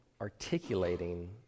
articulating